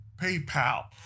PayPal